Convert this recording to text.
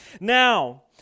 Now